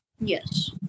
yes